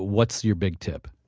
what's your big tip?